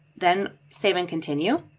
then save and continue.